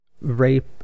rape